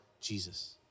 Jesus